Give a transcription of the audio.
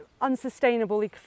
unsustainable